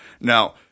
now